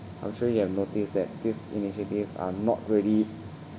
I'm sure you have noticed that this initiative are not really